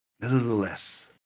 nevertheless